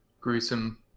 gruesome